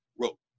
wrote